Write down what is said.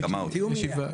תיאום יהיה.